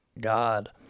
God